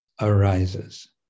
arises